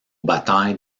batailles